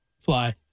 Fly